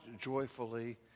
joyfully